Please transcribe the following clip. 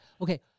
okay